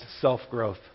self-growth